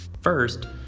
First